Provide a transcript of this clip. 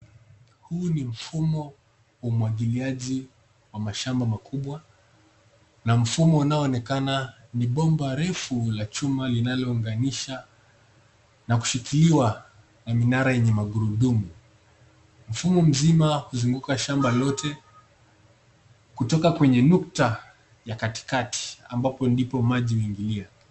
Huu ni mfumo wa umwagiliaji wa mashamba makubwa ,na mfumo unaaonekana ni bomba refu, la chuma linalounganisha na kushikiliwa na minara yenye magurudumu. mfumo mzima huzunguka shamba lote kutoka kwenye nukta ya katikati ambapo ndipo maji imeingilia.